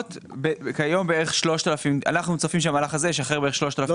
אנחנו צופים שהמהלך הזה ישחרר בערך 3,000 --- לא